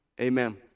amen